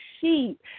sheep